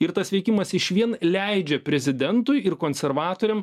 ir tas veikimas išvien leidžia prezidentui ir konservatoriam